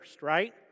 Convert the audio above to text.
right